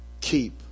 keep